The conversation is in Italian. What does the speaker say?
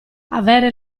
avere